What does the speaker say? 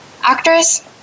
Actors